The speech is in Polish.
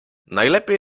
najlepiej